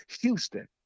Houston